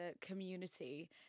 community